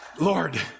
Lord